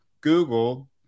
Google